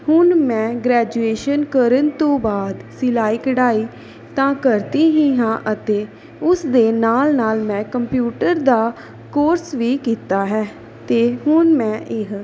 ਹੁਣ ਮੈਂ ਗ੍ਰੈਜੂਏਸ਼ਨ ਕਰਨ ਤੋਂ ਬਾਅਦ ਸਿਲਾਈ ਕਢਾਈ ਤਾਂ ਕਰਦੀ ਹੀ ਹਾਂ ਅਤੇ ਉਸ ਦੇ ਨਾਲ ਨਾਲ ਮੈਂ ਕੰਪਿਊਟਰ ਦਾ ਕੋਰਸ ਵੀ ਕੀਤਾ ਹੈ ਅਤੇ ਹੁਣ ਮੈਂ ਇਹ